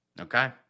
Okay